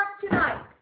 tonight